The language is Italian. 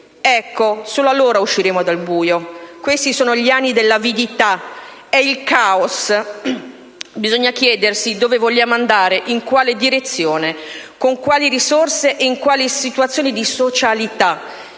Ecco, solo allora usciremo dal buio! Questi sono gli anni dell'avidità. È il caos. Bisogna chiedersi dove vogliamo andare, in quale direzione, con quali risorse e in quale situazione di socialità.